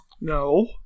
No